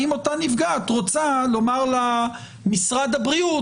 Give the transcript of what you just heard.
האם אותה נפגעת רוצה לומר למשרד הבריאות: